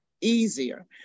easier